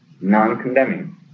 non-condemning